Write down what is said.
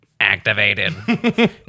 Activated